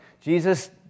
Jesus